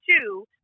Two